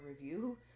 review